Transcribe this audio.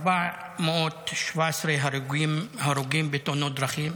417 הרוגים בתאונות דרכים,